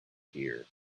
here